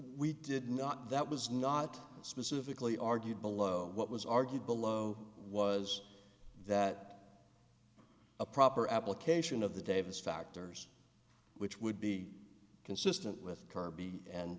we did not that was not specifically argued below what was argued below was that a proper application of the davis factors which would be consistent with kirby and